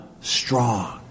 strong